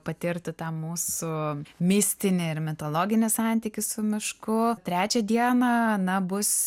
patirtų tą mūsų mistinį ir mitologinį santykį su mišku trečią dieną na bus